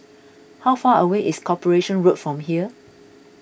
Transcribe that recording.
how far away is Corporation Road from here